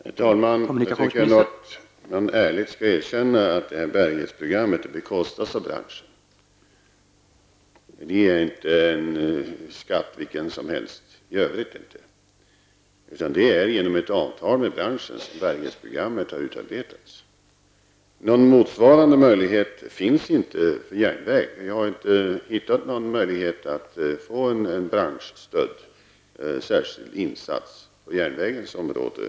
Herr talman! Jag skall ärligt erkänna att bärighetsprogrammet bekostas av branschen. Det är inte vilken skatt som helst i övrigt, utan det är genom ett avtal med branschen som bärighetsprogrammet har utarbetats. Någon motsvarande möjlighet finns inte för järnvägen. Vi har inte kunnat hitta någon möjlighet att få en branschstödd särskild insats på järnvägsområdet.